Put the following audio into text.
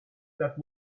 that